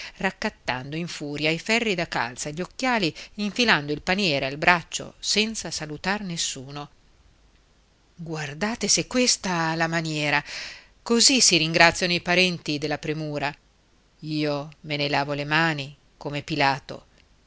raccattando in furia i ferri da calza e gli occhiali infilando il paniere al braccio senza salutar nessuno guardate s'è questa la maniera così si ringraziano i parenti della premura io me ne lavo le mani come pilato